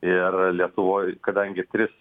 ir lietuvoj kadangi tris